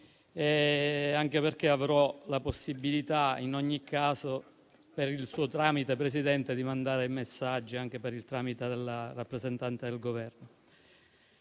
anche perché avrò la possibilità in ogni caso, per il suo tramite, Presidente, e anche per il tramite del rappresentante del Governo,